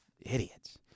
Idiots